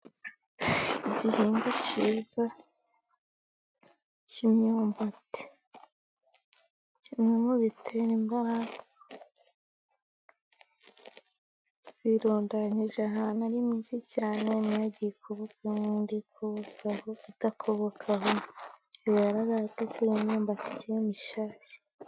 Igihingwa cyiza cy'imyumbati. Kiri no mu bitera imbaraga . Yirundanyije ahantu ari myinshi cyane imwe yagiye ikobokaho indi idakobokaho bigaragara ko iyi myumbati ikiri mishyashya.